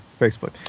Facebook